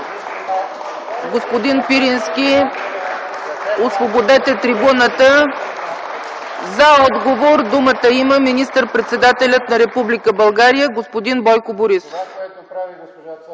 Господин Пирински, освободете трибуната! За отговор думата има министър-председателят на Република България господин Бойко Борисов.